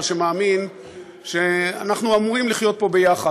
שמאמינים שאנחנו אמורים לחיות פה יחד.